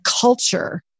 culture